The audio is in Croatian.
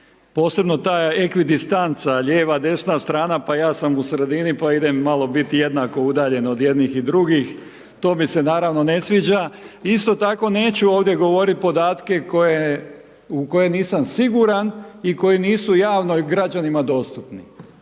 Posebno ta ekvidistanca lijeva, desna strana, pa ja sam u sredini, pa idem malo biti jednako udaljen od jednih i drugih, to mi se naravno ne sviđa. Isto tako, neću ovdje govoriti podatke u koje nisam siguran i koji nisu javno građanima dostupni,